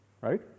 right